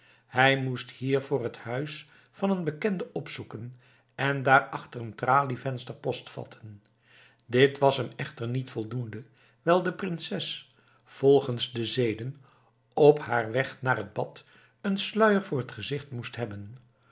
hij moest hiervoor het huis van een bekende opzoeken en daar achter een tralievenster postvatten dit was hem echter niet voldoende wijl de prinses volgens de zeden op haar weg naar het bad een sluier voor het gezicht moest hebben